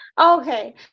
Okay